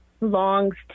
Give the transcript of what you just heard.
longs